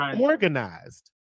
organized